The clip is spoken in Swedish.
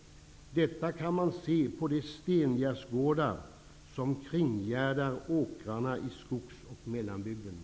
Detta kan man inte minst se på de stengärdsgårdar som kringgärdar åkrarna i skogsoch mellanbygderna.